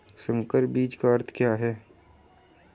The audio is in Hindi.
संकर बीज का अर्थ क्या है?